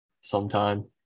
sometime